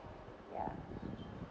ya